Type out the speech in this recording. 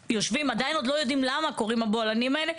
עדיין לא יודעים למה קורים הבולענים האלה,